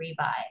rebuy